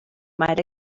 might